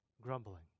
grumbling